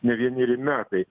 ne vieneri metai